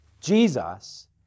Jesus